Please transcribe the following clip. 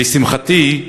לשמחתי,